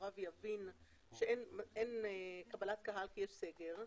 חברה ויבין שאין קבלת קהל כי יש סגר,